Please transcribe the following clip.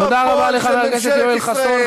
תודה רבה לחבר הכנסת יואל חסון.